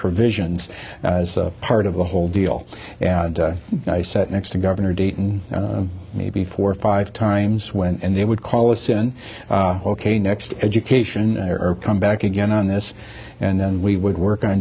provisions as a part of the whole deal and i sat next to governor dayton maybe four or five times when and they would call a sin ok next education error come back again on this and then we would work on